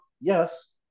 yes